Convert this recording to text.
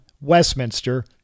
Westminster